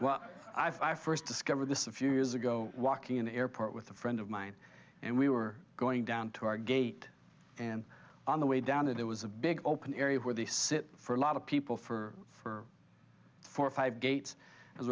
well i first discovered this a few years ago walking in an airport with a friend of mine and we were going down to our gate and on the way down there was a big open area where they sit for a lot of people for for four or five gates as